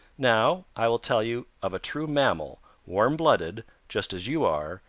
now i will tell you of a true mammal, warm-blooded, just as you are,